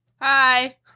Hi